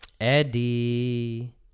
Eddie